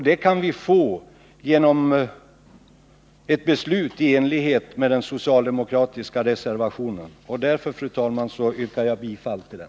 Det kan vi få genom ett beslut i enlighet med den socialdemokratiska reservationen 5, och därför, fru talman, yrkar jag som sagt bifall till den.